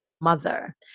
mother